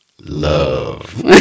love